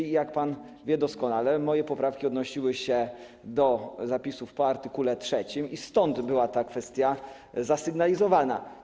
I jak pan wie doskonale, moje poprawki odnosiły się do zapisów po art. 3 i dlatego była ta kwestia zasygnalizowana.